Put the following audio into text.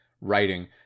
writing